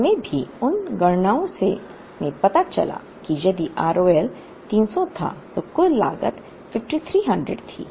हम भी उन गणनाओं में पता चला कि यदि R O L 300 था तो कुल लागत 5300 थी